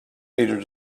leader